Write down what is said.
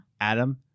Adam